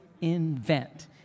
invent